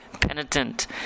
penitent